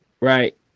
right